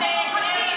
הציבור,